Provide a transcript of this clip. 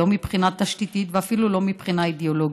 לא מבחינה תשתיתית ואפילו לא מבחינה אידיאולוגית.